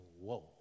Whoa